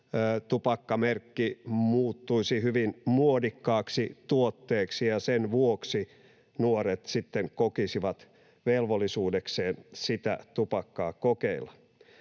tupakkamerkki muuttuisi hyvin muodikkaaksi tuotteeksi ja sen vuoksi nuoret sitten kokisivat velvollisuudekseen sitä tupakkaa kokeilla.